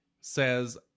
says